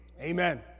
Amen